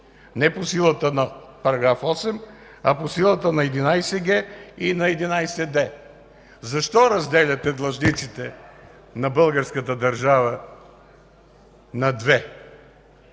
не по силата на § 8, а по силата на 11г и 11д. Защо разделяте длъжниците на българската държава на две?